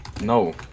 no